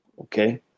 okay